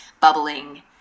bubbling